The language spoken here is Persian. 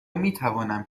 میتوانم